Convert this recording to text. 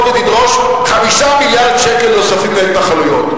ותדרוש 5 מיליארד שקל נוספים להתנחלויות.